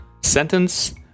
sentence